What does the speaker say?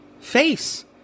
face